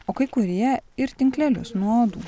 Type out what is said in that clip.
o kai kurie ir tinklelius nuo uodų